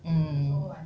mm